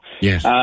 Yes